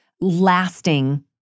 lasting